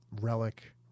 relic